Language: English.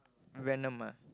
venom ah